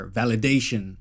validation